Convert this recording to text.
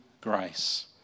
grace